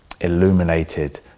illuminated